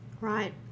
Right